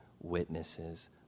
witnesses